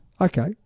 Okay